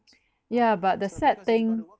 ya but the sad thing